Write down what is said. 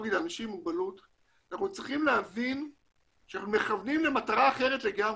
מוגבלות אנחנו צריכים להבין שאנחנו מכוונים למטרה אחרת לגמרי.